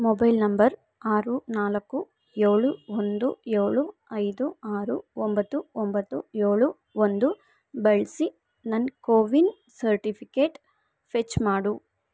mobile number ಆರು ನಾಲ್ಕು ಏಳು ಒಂದು ಏಳು ಐದು ಆರು ಒಂಬತ್ತು ಒಂಬತ್ತು ಏಳು ಒಂದು ಬಳಸಿ ನನ್ನ ಕೋವಿನ್ ಸರ್ಟಿಫಿಕೇಟ್ ಫೆಚ್ ಮಾಡು